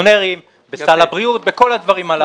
בפנסיונרים, בסל הבריאות, בכל הדברים הללו.